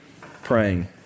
praying